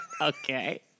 Okay